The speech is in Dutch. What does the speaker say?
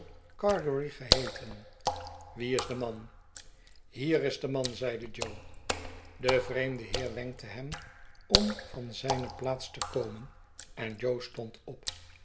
gargery geheeten wie is de man hier is de man zeide jo de vreemde heer wenkte hem om van zijne plaats te komen en jo stond op